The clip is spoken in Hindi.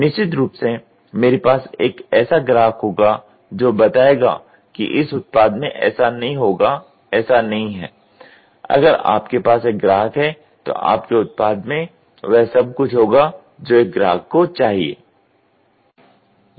निश्चित रूप से मेरे पास एक ऐसा ग्राहक होगा जो बताएगा कि इस उत्पाद में ऐसा नहीं होगा ऐसा नहीं है अगर आपके पास एक ग्राहक है तो आपके उत्पाद में वह सबकुछ होगा जो एक ग्राहक को चाहिये